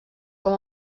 com